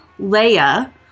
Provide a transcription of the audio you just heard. Leia